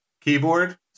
keyboard